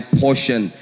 portion